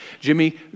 Jimmy